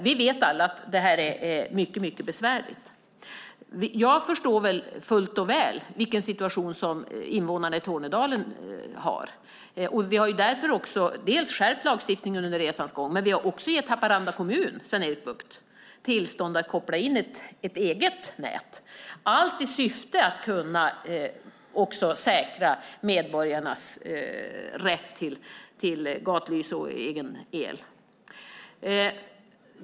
Vi vet alla att detta är mycket besvärligt. Jag förstår fullt och väl vilken situation som invånarna i Tornedalen har, och vi har därför också dels skärpt lagstiftningen under resans gång, dels också gett Haparanda kommun, Sven-Erik Bucht, tillstånd att koppla in ett eget nät, allt i syfte att kunna säkra medborgarnas rätt till gatlyse och egen el.